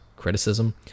criticism